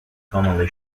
commonly